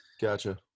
Gotcha